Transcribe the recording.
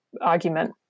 argument